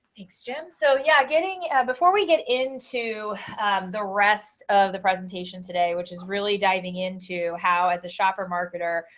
thanks, jim. so yeah, getting before we get into the rest of the presentation today, which is really diving into how as a shopper marketer.